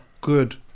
good